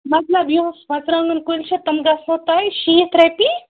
مطلب یُس مرژٕوانگَن کُلۍ چھِ تِم گژھَنو تۄہہِ شیٖتھ رۄپیہِ